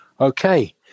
Okay